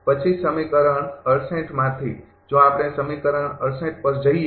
પછી સમીકરણ ૬૮ માંથી જો આપણે સમીકરણ ૬૮ પર જઇએ